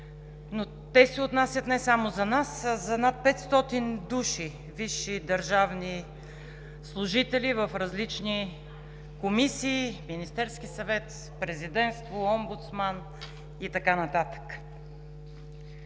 но те се отнасят не само за нас, а за над 500 души висши държавни служители в различни комисии, Министерския съвет, Президентството, Омбудсмана и така нататък.